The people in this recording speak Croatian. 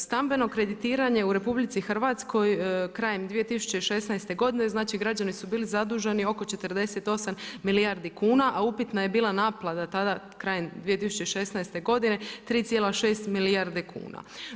Stambeno kreditiranje u RH krajem 2016. godine, znači građani su bili zaduženi oko 48 milijardi kuna a upitna je bila naplata tada krajem 2016. godine 3,6 milijardi kuna.